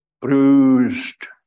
bruised